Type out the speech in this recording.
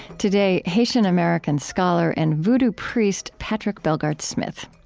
today haitian-american scholar and vodou priest patrick bellegarde-smith.